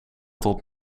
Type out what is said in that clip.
tot